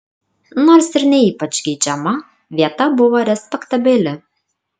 nors ir ne ypač geidžiama vieta buvo respektabili